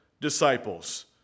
disciples